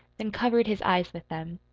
then covered his eyes with them.